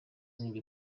nk’ibyo